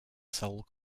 sole